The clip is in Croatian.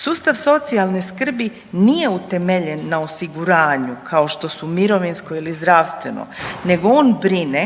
Sustav socijalne skrbi nije utemeljen na osiguranju kao što su mirovinsko ili zdravstveno nego on brine